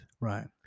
Right